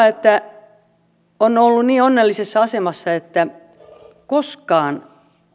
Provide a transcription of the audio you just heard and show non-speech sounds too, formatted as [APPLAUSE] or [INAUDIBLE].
[UNINTELLIGIBLE] että olen ollut niin onnellisessa asemassa että koskaan